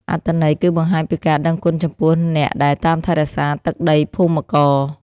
អត្ថន័យគឺបង្ហាញពីការដឹងគុណចំពោះអ្នកដែលតាមថែរក្សាទឹកដីភូមិករ។